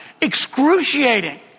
excruciating